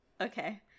Okay